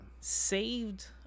saved